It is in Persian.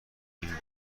این